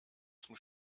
zum